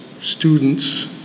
students